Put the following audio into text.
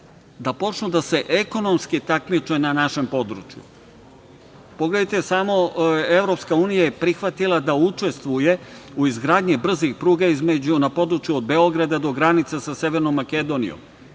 da počnu da se ekonomski takmiče na našem području. Pogledajte samo, EU je prihvatila da učestvuje u izgradnji brzih pruga na području od Beograda do granice sa Severnom Makedonijom